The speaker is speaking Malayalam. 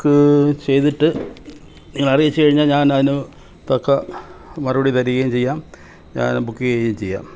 ബുക്ക് ചെയ്തിട്ട് നിങ്ങൾ അറിയിച്ച് കഴിഞ്ഞാൽ ഞാൻ അതിന് തക്ക മറുപടി തരികയും ചെയ്യാം ഞാൻ ബുക്ക് ചെയ്യുകയും ചെയ്യാം